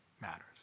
matters